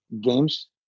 games